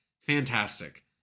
Fantastic